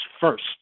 first